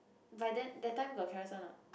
by then that time got Carousel not